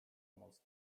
almost